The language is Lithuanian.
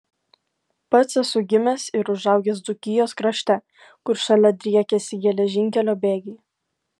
pats esu gimęs ir užaugęs dzūkijos krašte kur šalia driekėsi geležinkelio bėgiai